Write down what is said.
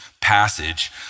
passage